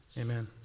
Amen